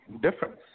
difference